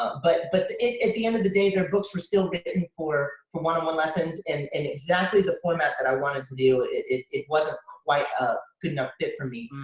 but but at the end of the day their books were still written for for one on one lessons. and in exactly the format that i wanted to do, it it wasn't quite a good enough fit for me.